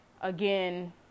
again